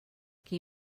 qui